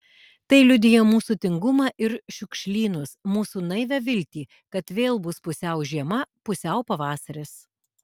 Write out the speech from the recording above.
tai liudija mūsų tingumą ir šiukšlynus mūsų naivią viltį kad vėl bus pusiau žiema pusiau pavasaris